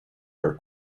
are